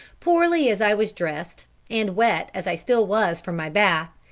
poorly as i was dressed, and wet as i still was from my bath,